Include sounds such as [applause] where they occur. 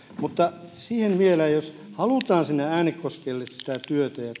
mutta siihen vielä että jos halutaan sinne äänekoskelle sitä työtä ja [unintelligible]